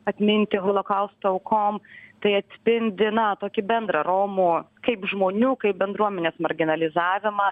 atminti holokausto aukom tai atspindi na tokį bendrą romų kaip žmonių kaip bendruomenės marginalizavimą